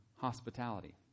hospitality